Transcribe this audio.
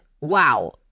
wow